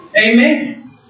Amen